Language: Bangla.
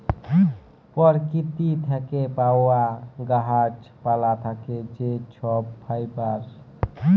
পরকিতি থ্যাকে পাউয়া গাহাচ পালা থ্যাকে যে ছব ফাইবার